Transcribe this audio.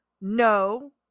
no